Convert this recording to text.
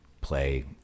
play